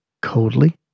coldly